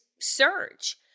surge